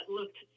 looked